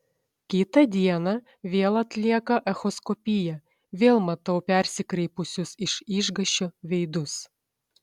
kitą dieną vėl atlieka echoskopiją vėl matau persikreipusius iš išgąsčio veidus